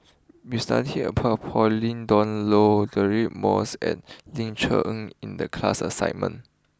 we studied about Pauline Dawn Loh Deirdre Moss and Ling Cher Eng in the class assignment